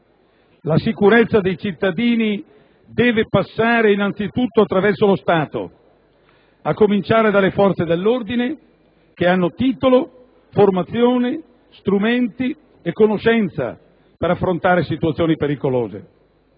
La sicurezza dei cittadini deve passare innanzitutto attraverso lo Stato, a cominciare dalle forze dell'ordine che hanno titolo, formazione, strumenti e conoscenza per affrontare situazioni pericolose.